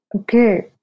Okay